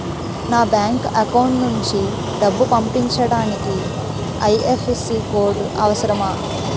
నా bank account నుంచి డబ్బు పంపించడానికి ఐ.ఎఫ్.ఎస్.సి కోడ్ అవసరమా?